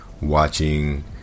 watching